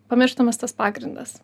pamirštamas tas pagrindas